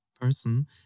person